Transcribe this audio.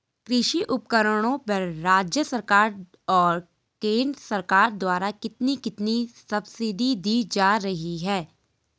कृषि उपकरणों पर राज्य सरकार और केंद्र सरकार द्वारा कितनी कितनी सब्सिडी दी जा रही है?